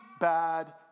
bad